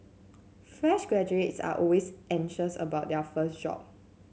fresh graduates are always anxious about their first job